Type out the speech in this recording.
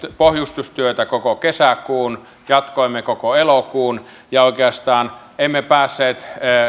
pohjustustyötä koko kesäkuun jatkoimme koko elokuun ja oikeastaan emme päässeet